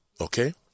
okay